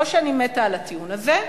לא שאני מתה על הטיעון הזה,